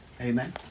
Amen